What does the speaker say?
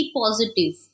positive